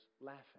laughing